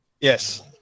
Yes